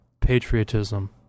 patriotism